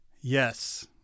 Yes